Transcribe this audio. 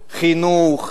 חינוך.